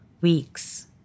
weeks